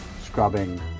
scrubbing